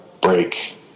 break